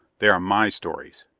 they are my stories.